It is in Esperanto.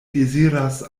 deziras